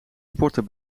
sporten